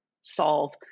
solve